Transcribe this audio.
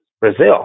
Brazil